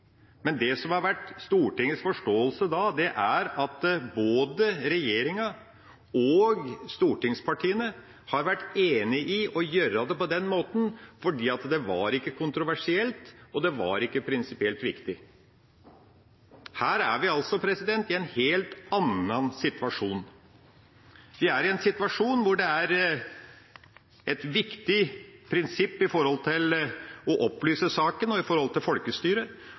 men det som da har vært Stortingets forståelse, har vært at både regjeringa og stortingspartiene har vært enige om å gjøre det på den måten – fordi det ikke var kontroversielt, og fordi det ikke var prinsipielt viktig. Her er vi i en helt annen situasjon. Vi er i en situasjon der det er et viktig prinsipp i forhold til å opplyse saken og i forhold til folkestyret,